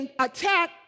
attack